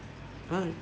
fun